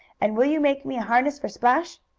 and will you make me a harness for splash?